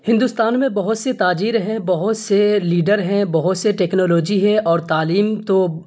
ہندوستان میں بہت سے تاجر ہیں بہت سے لیڈر ہیں بہت سے ٹیکنالوجی ہے اور تعلیم تو